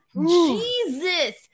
Jesus